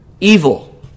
evil